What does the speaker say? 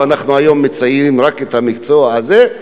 ואנחנו היום מציינים רק את המקצוע הזה.